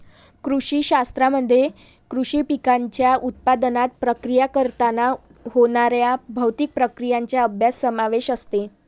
कृषी शास्त्रामध्ये कृषी पिकांच्या उत्पादनात, प्रक्रिया करताना होणाऱ्या भौतिक प्रक्रियांचा अभ्यास समावेश असते